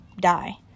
die